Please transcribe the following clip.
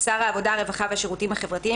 שר העבודה הרווחה והשירותים החברתיים